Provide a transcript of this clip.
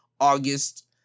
August